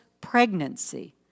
pregnancy